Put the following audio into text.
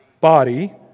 Body